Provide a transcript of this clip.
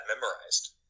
memorized